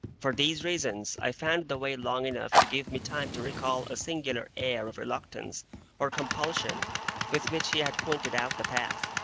for these reasons, i found the way long enough to give me time to recall a singular air of reluctance or compulsion with which he had pointed out the path.